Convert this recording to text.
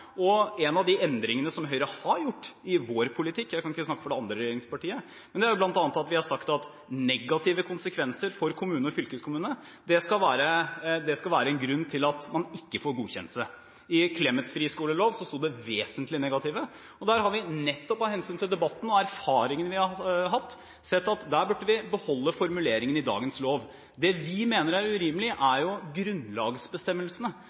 og en av de endringene som vi i Høyre har gjort i vår politikk – jeg kan ikke snakke for det andre regjeringspartiet – er bl.a. at vi har sagt at negative konsekvenser for kommunene og fylkeskommunene skal være en grunn til at man ikke får godkjenning. Tidligere, med bakgrunn i Clemets friskolelov, sa vi «vesentlige negative konsekvenser», men vi har, nettopp av hensyn til debatten og erfaringene vi har hatt, sett at vi bør beholde formuleringen i dagens lov. Det vi mener er urimelig,